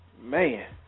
Man